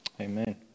amen